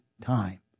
time